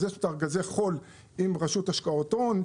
יש את ארגזי החול עם רשות השקעות הון,